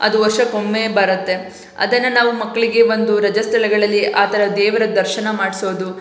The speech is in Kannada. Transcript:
ಅದು ವರ್ಷಕ್ಕೊಮ್ಮೆ ಬರುತ್ತೆ ಅದನ್ನು ನಾವು ಮಕ್ಕಳಿಗೆ ಒಂದು ರಜಾಸ್ಥಳಗಳಲ್ಲಿಆ ಥರ ದೇವರ ದರ್ಶನ ಮಾಡಿಸೋದು